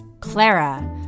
Clara